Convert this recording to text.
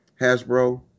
Hasbro